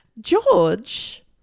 George